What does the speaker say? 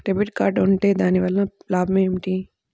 Debit card ఉంటే దాని వలన లాభం ఏమిటీ?